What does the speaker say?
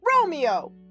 Romeo